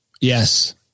Yes